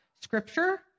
Scripture